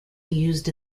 used